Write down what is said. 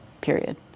Period